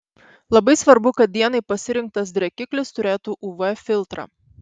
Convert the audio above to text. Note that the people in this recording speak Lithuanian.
labai svarbu kad dienai pasirinktas drėkiklis turėtų uv filtrą